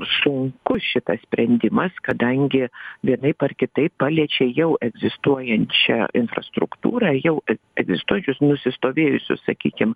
sunkus šitas sprendimas kadangi vienaip ar kitaip paliečia jau egzistuojančią infrastruktūrą jau egzistuojančius nusistovėjusius sakykim